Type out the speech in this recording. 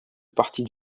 partie